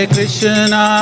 Krishna